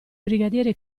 brigadiere